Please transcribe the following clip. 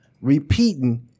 repeating